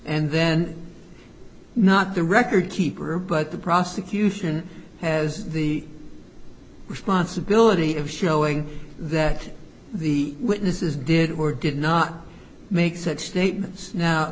and then not the record keeper but the prosecution has the responsibility of showing that the witnesses did or did not make such statements now